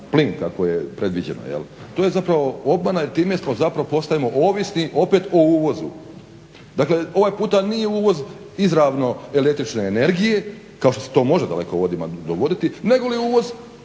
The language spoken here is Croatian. plin kako je predviđeno jel'. To je zapravo obmana i time zapravo postajemo ovisni opet o uvozu. Dakle, ovaj puta nije uvoz izravno električne energije kao što se to može u dalekovodima dogoditi negoli uvoz